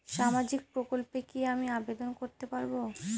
সামাজিক প্রকল্পে কি আমি আবেদন করতে পারবো?